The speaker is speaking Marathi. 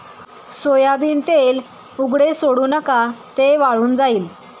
सोयाबीन तेल उघडे सोडू नका, ते वाळून जाईल